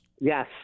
Yes